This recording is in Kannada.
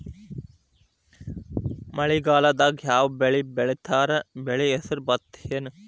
ಮಳೆಗಾಲದಾಗ್ ಯಾವ್ ಬೆಳಿ ಬೆಳಿತಾರ, ಬೆಳಿ ಹೆಸರು ಭತ್ತ ಏನ್?